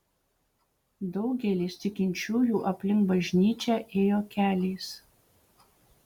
daugelis tikinčiųjų aplink bažnyčią ėjo keliais